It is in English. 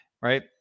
Right